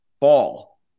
ball